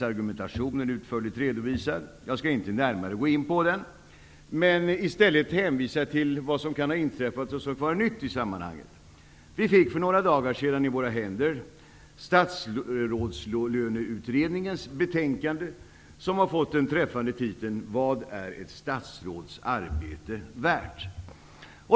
Argumentationen finns utförligt redovisad. Jag skall inte närmare gå in på den. I stället vill jag hänvisa till vad som har inträffat och som kan vara nytt i sammanhanget. För några dagar sedan fick vi i våra händer Statsrådslöneutredningens betänkande, som har fått den träffande titeln Vad är ett statsråds arbete värt.